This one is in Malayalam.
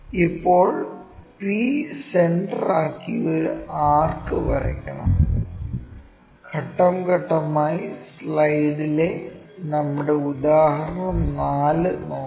ഇപ്പോൾ p സെന്റർ ആക്കി ഒരു ആർക്ക് വരയ്ക്കണം ഘട്ടംഘട്ടമായി സ്ലൈഡിലെ നമ്മുടെ ഉദാഹരണം 4 നോക്കാം